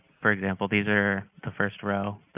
for example, these are the first row.